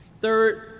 third